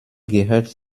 gehört